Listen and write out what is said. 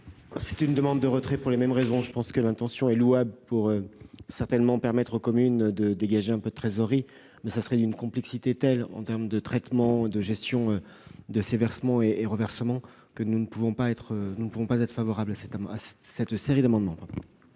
C'est une demande de retrait pour les mêmes raisons. L'intention est louable- permettre aux communes de dégager un peu de trésorerie -, mais le système serait d'une complexité telle en termes de traitement et de gestion de ces versements et reversements que nous ne pouvons être favorables à ces amendements.